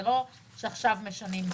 זה לא שעכשיו משנים דברים,